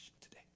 today